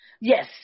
Yes